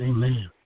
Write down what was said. Amen